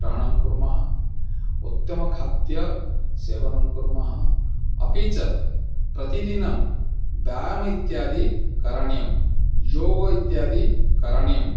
ग्रहणं कुर्मः उत्तमखाद्यसेवनं कुर्मः अपि च प्रतिदिनं व्यायामः इत्यादि करणीयं योगः इत्यादि करणीयं